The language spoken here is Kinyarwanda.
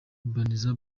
boneza